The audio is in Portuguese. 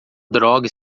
droga